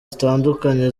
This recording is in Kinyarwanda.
zitandukanye